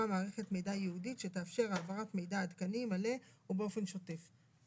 מערכת מידע ייעודית שתאפשר העברת מידע עדכני מלא ובאופן שוטף.